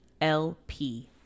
lp